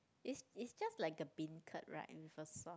is is just like a beancurd right with a sauce